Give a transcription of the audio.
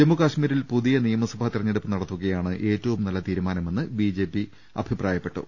ജമ്മുകശ്മീരിൽ പുതിയ നിയമസഭാ തെരഞ്ഞെടുപ്പ് നടത്തുക യാണ് ഏറ്റവും നല്ല തീരുമാനമെന്ന് ബിജെപി അഭിപ്രായപ്പെട്ടു